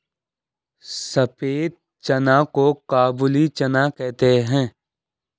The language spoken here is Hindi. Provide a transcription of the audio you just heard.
सफेद चना को काबुली चना कहते हैं